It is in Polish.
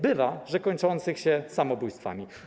Bywa, że kończą się samobójstwami.